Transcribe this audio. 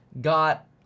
got